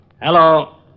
Hello